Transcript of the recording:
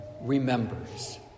remembers